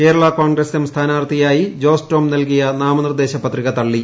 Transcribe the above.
Kerala Congress M സ്ഥാനാർത്ഥിയായി ജോസ് ടോം നൽകിയ നാമനിർദ്ദേശ പത്രിക തള്ളി